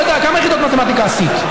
לא יודע, כמה יחידות מתמטיקה עשית?